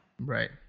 right